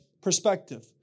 perspective